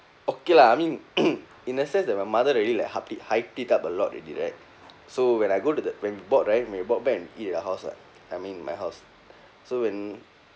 okay lah I mean in a sense that my mother already like hype it hyped it up a lot already right so when I go to the when bought right when bought back and eat at our house [what] I mean my house